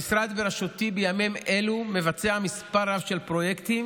המשרד בראשותי מבצע בימים אלו מספר רב של פרויקטים